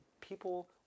people